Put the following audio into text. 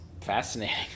fascinating